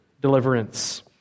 deliverance